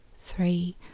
three